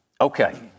Okay